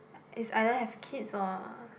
is either have kids or